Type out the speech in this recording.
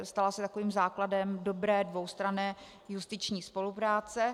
Stala se takovým základem dobré dvoustranné justiční spolupráce.